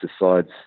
decides